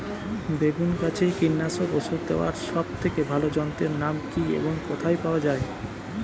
বেগুন গাছে কীটনাশক ওষুধ দেওয়ার সব থেকে ভালো যন্ত্রের নাম কি এবং কোথায় পাওয়া যায়?